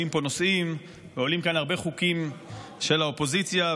עולים פה נושאים ועולים כאן הרבה חוקים של האופוזיציה,